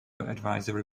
advisory